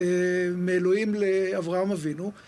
מאלוהים לאברהם אבינו.